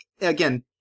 again